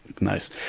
Nice